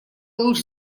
луч